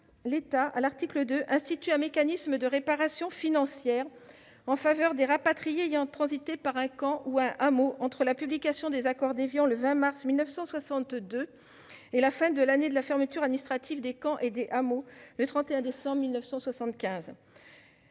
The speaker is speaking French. l'État, l'article 2 institue un mécanisme de réparation financière en faveur des rapatriés ayant transité par un camp ou un hameau entre la publication des accords d'Évian, le 20 mars 1962, et la fin de l'année de la fermeture administrative des camps et des hameaux, le 31 décembre 1975.